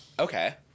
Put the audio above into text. Okay